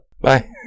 Bye